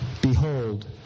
Behold